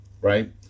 right